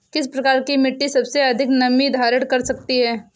किस प्रकार की मिट्टी सबसे अधिक नमी धारण कर सकती है?